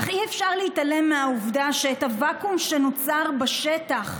אך אי-אפשר להתעלם מהעובדה שהוואקום שנוצר בשטח,